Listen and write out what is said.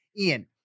Ian